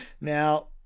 Now